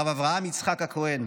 הרב אברהם יצחק הכהן,